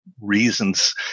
reasons